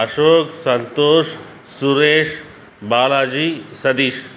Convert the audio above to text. Ashok Santosh Suresh Balaji Satish